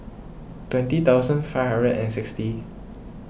twenty thousand five hundred and sixty